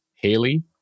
Haley